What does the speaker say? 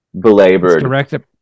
belabored